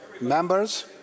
Members